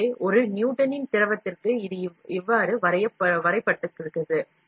எனவே ஒரு நியூட்டனின் திரவத்திற்கு இது இவ்வாறு வரையறுக்கப்படுகிறது